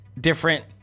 different